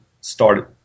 started